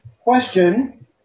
Question